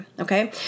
Okay